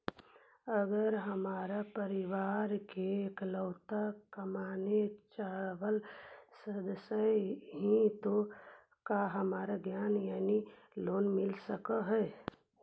अगर हम परिवार के इकलौता कमाने चावल सदस्य ही तो का हमरा ऋण यानी लोन मिल सक हई?